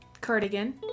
Cardigan